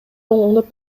оңдоп